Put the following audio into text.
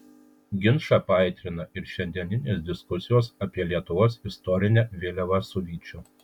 ginčą paaitrina ir šiandieninės diskusijos apie lietuvos istorinę vėliavą su vyčiu